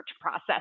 process